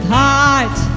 heart